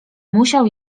musiał